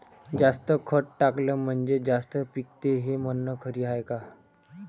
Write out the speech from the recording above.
जास्त खत टाकलं म्हनजे जास्त पिकते हे म्हन खरी हाये का?